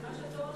המצב הולך